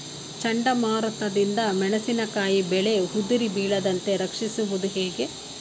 ಚಂಡಮಾರುತ ದಿಂದ ಮೆಣಸಿನಕಾಯಿ ಬೆಳೆ ಉದುರಿ ಬೀಳದಂತೆ ರಕ್ಷಿಸುವುದು ಹೇಗೆ?